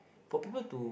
for people to